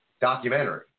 documentary